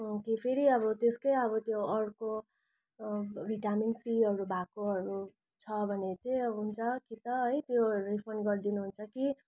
कि फेरि अब त्यसकै अब त्यो अर्को भिटामिन सीहरू भएकोहरू छ भने चाहिँ अब हुन्छ कि त है त्योहरू रिफन्ड गरिदिनु हुन्छ कि